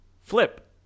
Flip